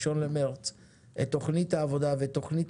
בראשון למרץ את תוכנית העבודה ותוכנית